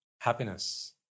happiness